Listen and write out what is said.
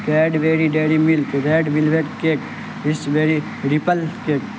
Cadbury dairy milk red velvet cake raspberry ripple cake